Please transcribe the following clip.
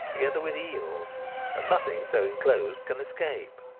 together with eels and nothing so enclosed can escape.